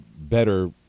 better